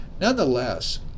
nonetheless